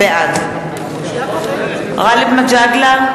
בעד גאלב מג'אדלה,